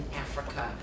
Africa